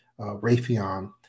Raytheon